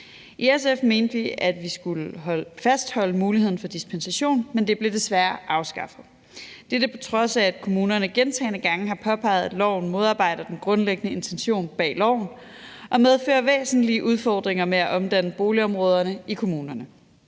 I SF mente vi, at vi skulle fastholde muligheden for dispensation, men det blev desværre afskaffet. Dette var, på trods af at kommunerne gentagne gange har påpeget, at loven modarbejder den grundlæggende intention bag loven og medfører væsentlige udfordringer med at omdanne boligområderne i kommunerne.